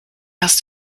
hast